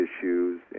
issues